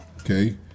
okay